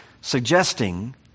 suggesting